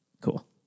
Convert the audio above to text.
Cool